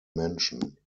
menschen